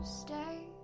stay